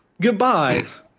goodbyes